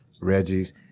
Reggie's